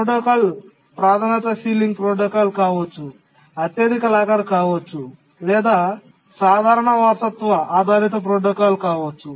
protocol ప్రాధాన్యత ceiling protocol కావచ్చు అత్యధిక లాకర్ కావచ్చు లేదా సాధారణ వారసత్వ ఆధారిత ప్రోటోకాల్ కావచ్చు